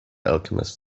alchemist